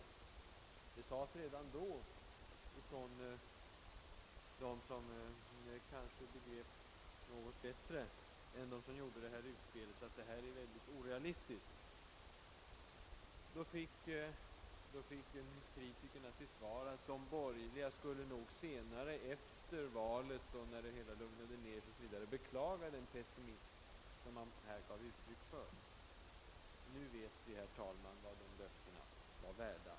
Det sades redan då av dem, som kanske begrep något bättre än de som gjorde detta utspel, att det var väldigt orealistiskt. Men kritikerna fick till svar att de borgerliga nog efter valet, när det hela hade lugnat ner sig, skulle beklaga den pessimism som de hade givit uttryck för. Nu vet vi, herr talman, vad dessa löften var värda.